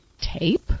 tape